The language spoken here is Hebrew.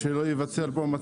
שייכללו בו,